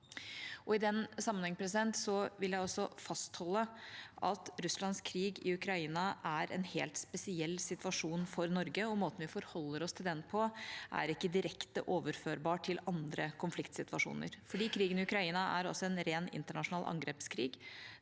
I den sammenheng vil jeg fastholde at Russlands krig i Ukraina er en helt spesiell situasjon for Norge. Måten vi forholder oss til den på, er ikke direkte overførbar til andre konfliktsituasjoner fordi krigen i Ukraina altså er en ren internasjonal angrepskrig.